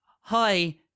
Hi